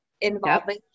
involving